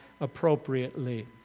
appropriately